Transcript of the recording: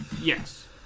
Yes